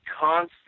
constant